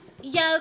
Yo